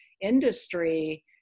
industry